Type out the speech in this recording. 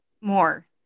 more